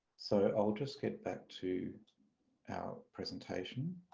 so i'll just get back to our presentation.